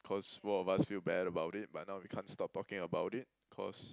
cause both of us feel bad about it but now we can't stop talking about it cause